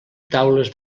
taules